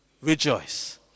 rejoice